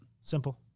Simple